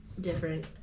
different